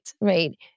right